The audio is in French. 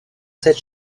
cette